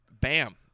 bam